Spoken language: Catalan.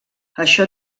això